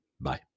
Bye